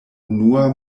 unua